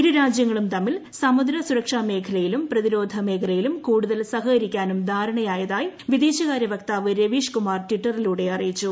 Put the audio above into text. ഇരുരാജൃങ്ങളും തമ്മിൽ സമുദ്ര സുരക്ഷാമേഖലയിലും പ്രതിരോധ മേഖലയിലും കൂടുതൽ സഹകരിക്കാനും ധാരണയായതായി വിദേശകാരൃ വക്താവ് രവീഷ് കുമാർ ട്വിറ്ററിലൂടെ അറിയിച്ചു